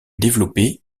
développé